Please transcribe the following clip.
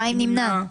מי נמנע?